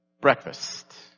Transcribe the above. Breakfast